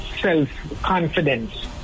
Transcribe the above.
self-confidence